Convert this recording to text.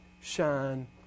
shine